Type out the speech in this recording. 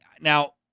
Now